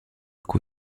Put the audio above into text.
cui